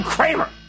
Kramer